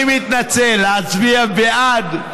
אני מתנצל, להצביע בעד.